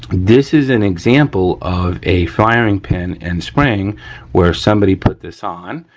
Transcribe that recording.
this is an example of a firing pin and spring where somebody put this on,